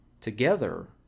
Together